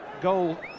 goal